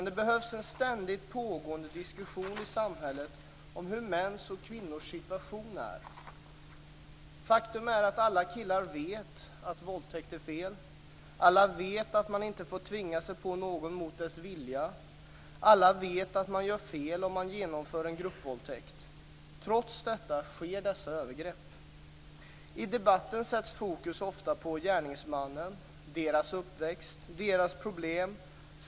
Det behövs en ständigt pågående diskussion i samhället om hur mäns och kvinnors situation är. Faktum är att alla killar vet att våldtäkt är fel. Alla vet att man inte får tvinga sig på människor mot deras vilja. Alla vet att man gör fel om man genomför en gruppvåldtäkt. Trots detta sker dessa övergrepp. I debatten sätts fokus ofta på gärningsmännen, deras uppväxt och deras problem.